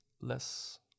less